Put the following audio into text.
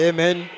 Amen